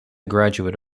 graduate